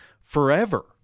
forever